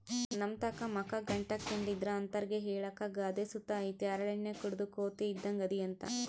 ನಮ್ತಾಕ ಮಕ ಗಂಟಾಕ್ಕೆಂಡಿದ್ರ ಅಂತರ್ಗೆ ಹೇಳಾಕ ಗಾದೆ ಸುತ ಐತೆ ಹರಳೆಣ್ಣೆ ಕುಡುದ್ ಕೋತಿ ಇದ್ದಂಗ್ ಅದಿಯಂತ